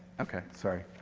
ok, sorry.